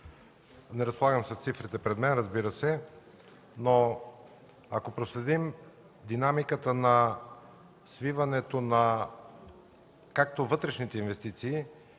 Не разполагам с цифрите пред мен, разбира се. Ако проследим обаче динамиката на свиването както на вътрешните инвестиции,